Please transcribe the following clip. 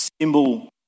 symbol